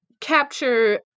capture